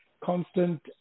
constant